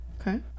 okay